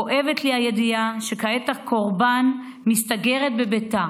כואבת לי הידיעה שכעת הקורבן מסתגרת בביתה